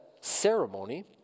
ceremony